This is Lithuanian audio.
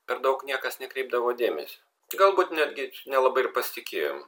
per daug niekas nekreipdavo dėmesio galbūt netgi nelabai ir pasitikėjom